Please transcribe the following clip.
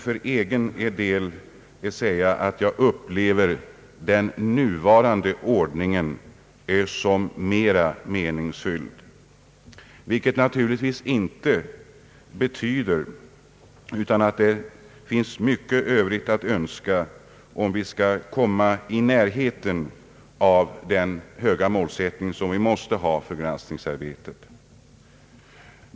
För egen del upplever jag den nuvarande ordningen som mer meningsfull, vilket naturligtvis inte betyder att det inte finns mycket övrigt att önska om vi skall komma i närheten av den höga målsättning vi måste ha för granskningsarbetet.